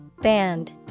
Band